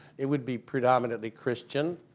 it would be predominantly christian.